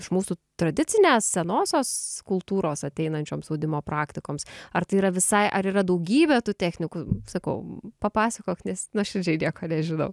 iš mūsų tradicinės senosios kultūros ateinančioms audimo praktikoms ar tai yra visai ar yra daugybė tų technikų sakau papasakok nes nuoširdžiai nieko nežinau